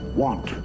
want